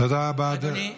תודה רבה.